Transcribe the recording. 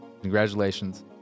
congratulations